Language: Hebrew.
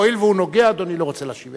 הואיל והוא נוגע, אדוני לא רוצה להשיב.